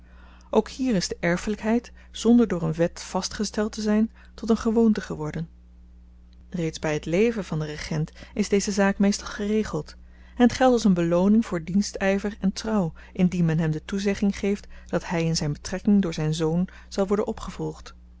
ook hier is de erfelykheid zonder door een wet vastgesteld te zyn tot een gewoonte geworden reeds by het leven van den regent is deze zaak meestal geregeld en t geldt als een belooning voor dienstyver en trouw indien men hem de toezegging geeft dat hy in zijn betrekking door zyn zoon zal worden opgevolgd